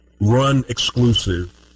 run-exclusive